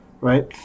right